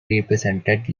represented